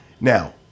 now